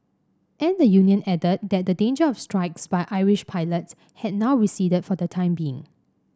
and the union added that the danger of strikes by Irish pilots had now receded for the time being